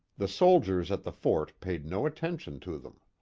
the soldiers at the fort paid no attention to them.